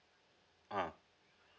uh